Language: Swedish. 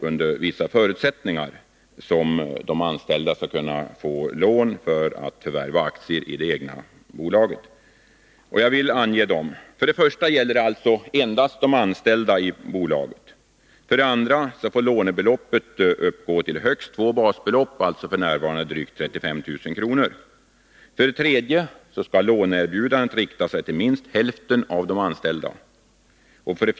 Under vissa förutsättningar skall de anställda få lån för förvärv av aktier i det egna bolaget. Jag vill nu ange dessa förutsättningar. 3. Låneerbjudandet skall rikta sig till minst hälften av de anställda. 4.